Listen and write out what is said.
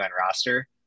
roster